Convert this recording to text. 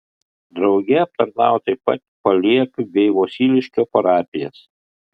drauge aptarnavo taip pat ir paliepių bei vosiliškio parapijas